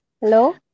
Hello